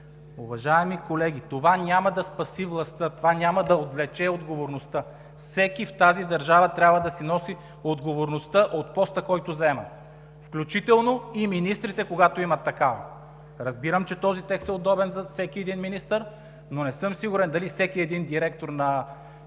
Уважаеми колеги, това няма да спаси властта, това няма да отвлече отговорността. Всеки в тази държава трябва да си носи отговорността от поста, който заема, включително и министрите, когато имат такава. Разбирам, че този текст е удобен за всеки един министър, но не съм сигурен дали всеки един директор на